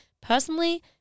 Personally